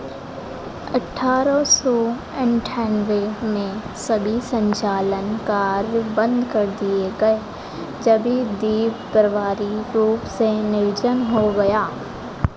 अठारह सौ अंठानवे में सभी संचालन कार्य बंद कर दिए गए जब द्वीप प्रभावी रूप से निर्जन हो गया